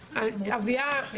אביה,